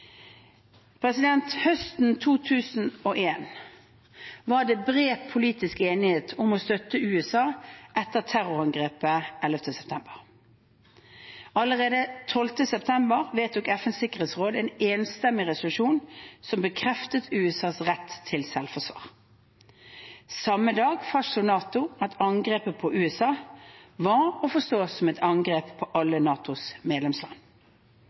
Høsten 2001 var det bred politisk enighet om å støtte USA etter terrorangrepet 11. september. Allerede 12. september vedtok FNs sikkerhetsråd en enstemmig resolusjon som bekreftet USAs rett til selvforsvar. Samme dag fastslo NATO at angrepet på USA var å forstå som et angrep på alle NATOs medlemsland.